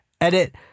Edit